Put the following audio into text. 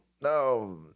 no